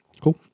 cool